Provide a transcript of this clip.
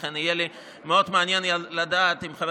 לכן יהיה לי מאוד מעניין לדעת אם חבר